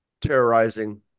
terrorizing